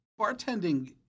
Bartending